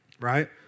Right